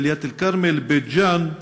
דאלית-אלכרמל, בית-ג'ן,